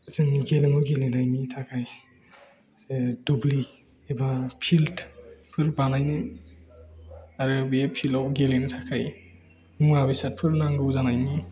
जोंनि गेलेमु गेलेनायनि थाखाय दुब्लि एबा फिल्डफोर बानायनो आरो बे फिल्डआव गेलेनो थाखाय मुवा बेसादफोर नांगौ जानायनि